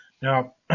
Now